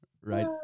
Right